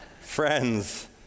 Friends